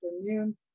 afternoon